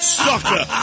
sucker